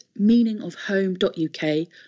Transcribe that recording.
meaningofhome.uk